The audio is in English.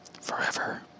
Forever